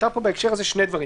נותרו בהקשר הזה שני דברים.